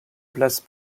place